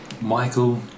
Michael